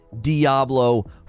Diablo